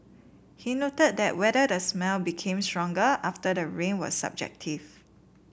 he noted that whether the smell became stronger after the rain was subjective